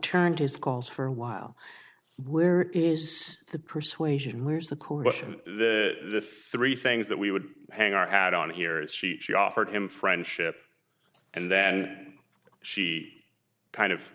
returned his calls for a while where is the persuasion where's the coalition if three things that we would hang our hat on here if she she offered him friendship and then she kind of